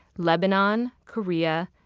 lebanon, korea,